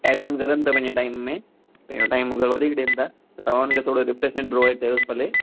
add on करण था पंहिंजे टाईम में पेंहिंजो टाईम अगरि वधीक ॾियण था त तव्हां उन्हनि खे थोरो रिफ़्रेशमेंट प्रॉवाईड कयोसि भले